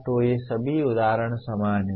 तो ये सभी उदाहरण समान हैं